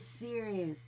serious